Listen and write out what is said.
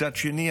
מצד שני,